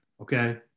okay